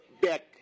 back